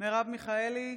מרב מיכאלי,